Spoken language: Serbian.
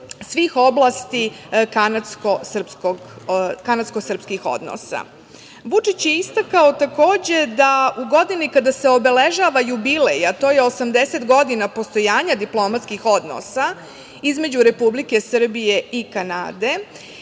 svih oblasti kanadsko-srpskih odnosa. Vučić je istakao takođe da u godini kada se obeležava jubilej, a to je 80 godina postojanja diplomatskih odnosa, između Republike Srbije i Kanade,